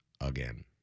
again